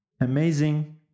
amazing